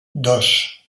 dos